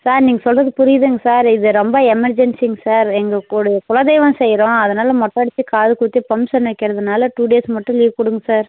sir நீங்கள் சொல்கிறது புரியுதுங்க சார் இது ரொம்ப எமர்ஜென்சிங்க சார் எங்களுக்குடைய குலதெய்வம் செய்கிறோம் அதனால் மொட்டை அடித்து காது குத்தி ஃபங்ஷன் வைக்கிறதனால டூ டேஸ் மட்டும் லீவ் கொடுங்க சார்